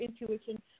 intuition